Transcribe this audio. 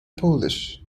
polish